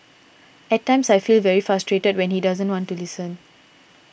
at times I feel very frustrated when he doesn't want to listen